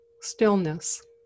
stillness